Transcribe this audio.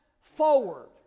forward